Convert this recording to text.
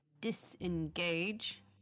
disengage